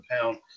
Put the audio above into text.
pound